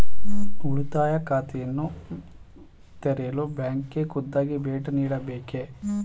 ಉಳಿತಾಯ ಖಾತೆಯನ್ನು ತೆರೆಯಲು ಬ್ಯಾಂಕಿಗೆ ಖುದ್ದಾಗಿ ಭೇಟಿ ನೀಡಬೇಕೇ?